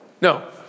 No